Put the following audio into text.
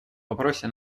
вопросе